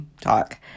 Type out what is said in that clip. talk